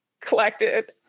collected